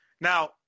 Now